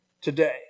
today